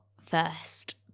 first